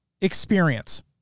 experience